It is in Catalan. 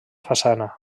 façana